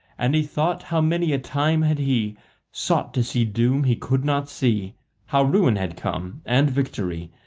and he thought how many a time had he sought to see doom he could not see how ruin had come and victory,